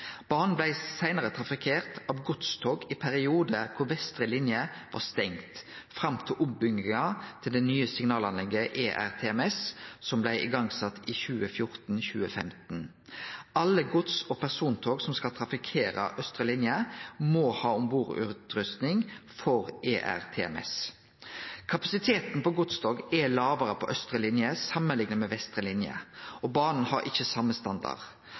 blei seinare trafikkert av godstog i periodar da vestre linje var stengt, fram til ombygginga for nytt signalanlegg, ERTMS, som blei satt i gang i 2014/2015. Alle godstog og persontog som skal trafikkere austre linje, må ha ombordutrustning for ERTMS. Kapasiteten for godstog er lågare på austre linje enn på vestre linje, og banen har ikkje same standard.